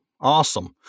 Awesome